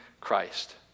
Christ